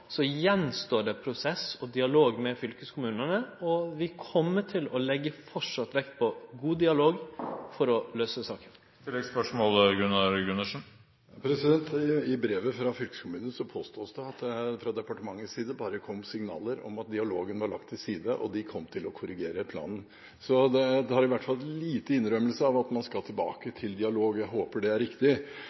så står det att prosess og dialog med fylkeskommunane, og vi kjem framleis til å leggje vekt på god dialog for å løyse saka. I brevet fra fylkeskommunen påstås det at det fra departementets side bare kom signaler om at dialogen var lagt til side, og at de kom til å korrigere planen. Så det er i hvert fall en liten innrømmelse at man skal tilbake til dialog. Jeg håper det er riktig.